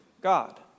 God